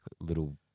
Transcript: little